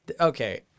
Okay